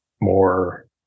more